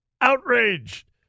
outraged